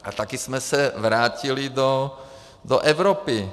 A taky jsme se vrátili do Evropy.